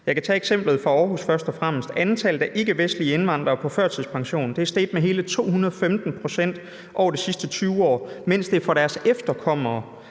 Jeg kan tage eksemplet fra Aarhus først og fremmest. Antallet af ikkevestlige indvandrere på førtidspension er steget med hele 215 pct. over de sidste 20 år, mens der for deres efterkommere